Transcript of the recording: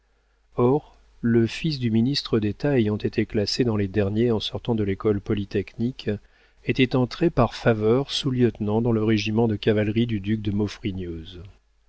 or le fils du ministre d'état ayant été classé dans les derniers en sortant de l'école polytechnique était entré par faveur sous-lieutenant dans le régiment de cavalerie du duc de